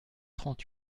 trente